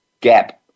gap